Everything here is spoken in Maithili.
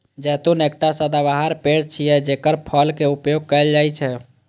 जैतून एकटा सदाबहार पेड़ छियै, जेकर फल के उपयोग कैल जाइ छै